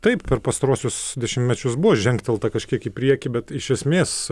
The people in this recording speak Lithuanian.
taip per pastaruosius dešimtmečius buvo žengtelta kažkiek į priekį bet iš esmės